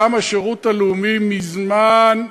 גם השירות הלאומי מזמן,